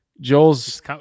joel's